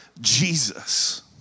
Jesus